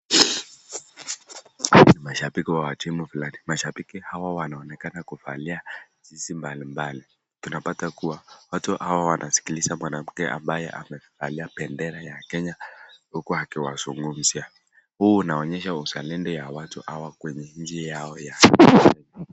Mashabiki wa timu fulani, mashabiki hawa wanaonekana kuvalia jinsi mbalimbali, tunapata kuwa watu hawa wanasikiliza mwanamke ambaye amevalia bendera ya Kenya huku akiwazungumzia, huu unaonyesha uzalendo ya watu hawa kwenye nchi yao ya Kenya.